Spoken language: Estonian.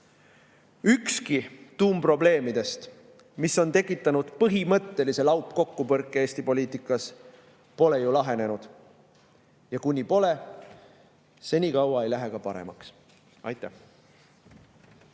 Ükski tuumprobleemidest, mis on tekitanud põhimõttelise laupkokkupõrke Eesti poliitikas, pole ju lahenenud. Ja kuni pole, senikaua ei lähe ka paremaks. Aitäh!